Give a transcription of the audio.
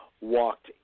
walked